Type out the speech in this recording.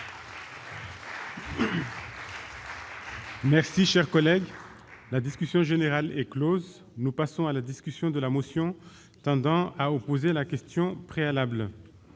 rectificative pour 2017. La discussion générale est close. Nous passons à la discussion de la motion tendant à opposer la question préalable.